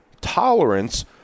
tolerance